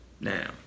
now